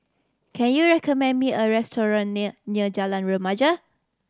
can you recommend me a restaurant near near Jalan Remaja